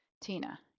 Tina